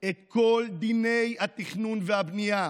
את כל דיני התכנון והבנייה,